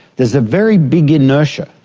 there is a very big inertia.